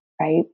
right